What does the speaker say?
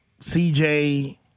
CJ